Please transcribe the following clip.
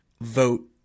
vote